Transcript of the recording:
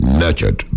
nurtured